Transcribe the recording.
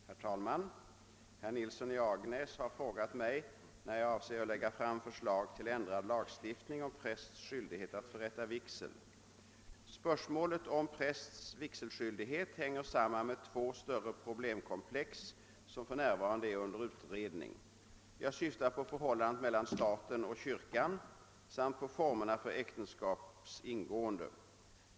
Herr talman! Herr Nilsson i Agnäs har frågat mig när jag avser att lägga fram förslag till ändrad lagstiftning om prästs skyldighet att förrätta vigsel. Spörsmålet om prästs vigselskyldighet hänger samman med två större problemkomplex, som för närvarande är under utredning. Jag syftar på förhållandet mellan staten och kyrkan samt på formen för äktenskaps ingående.